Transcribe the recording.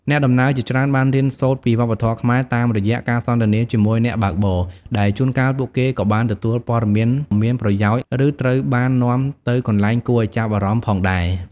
អ្នកដំណើរជាច្រើនបានរៀនសូត្រពី វប្បធម៌ខ្មែរ តាមរយៈការសន្ទនាជាមួយអ្នកបើកបរ ដែលជួនកាលពួកគេក៏បានទទួលព័ត៌មានមានប្រយោជន៍ ឬត្រូវបាននាំទៅកន្លែងគួរឱ្យចាប់អារម្មណ៍ផងដែរ។